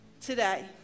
today